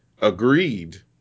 agreed